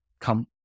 come